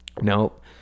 Nope